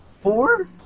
Four